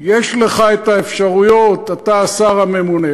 יש לך אפשרויות, אתה השר הממונה.